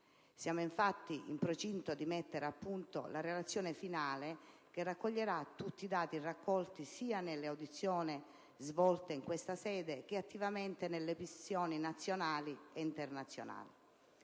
Siamo infatti in procinto di mettere a punto la relazione finale che raccoglierà tutti i dati raccolti sia nelle audizioni svolte in questa sede, che attivamente nelle missioni nazionali e internazionali.